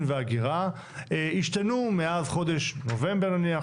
וההגירה השתנו מאז חודש נובמבר נניח,